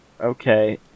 Okay